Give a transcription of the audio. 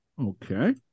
Okay